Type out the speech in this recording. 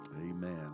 Amen